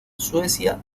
suecia